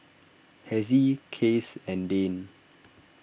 Hezzie Case and Dane